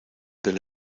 del